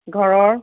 ঘৰৰ